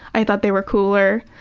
i thought they were cooler.